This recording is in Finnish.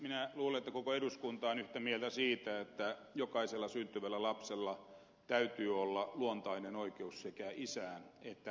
minä luulen että koko eduskunta on yhtä mieltä siitä että jokaisella syntyvällä lapsella täytyy olla luontainen oikeus sekä isään että äitiin